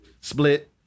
Split